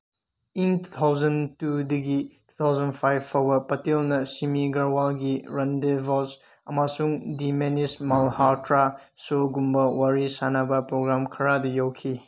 ꯏꯪ two thousand ꯇꯨꯗꯒꯤ two thousand five ꯐꯥꯎꯕ ꯄꯇꯦꯜꯅ ꯁꯤꯃꯤ ꯒꯔꯋꯥꯜꯒꯤ ꯔꯟꯗꯦꯚꯁ ꯑꯃꯁꯨꯡ ꯗꯤ ꯃꯅꯤꯁ ꯃꯜꯍꯥꯇ꯭ꯔꯥ ꯁꯨꯒꯨꯝꯕ ꯋꯥꯔꯤ ꯁꯥꯟꯅꯕ ꯄ꯭ꯔꯣꯒ꯭ꯔꯥꯝ ꯈꯔꯗꯤ ꯌꯥꯎꯈꯤ